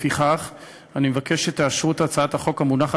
לפיכך אני מבקש שתאשרו את הצעת החוק המונחת